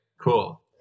cool